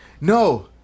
No